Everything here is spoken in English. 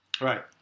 Right